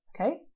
okay